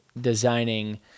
designing